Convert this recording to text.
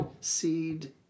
seed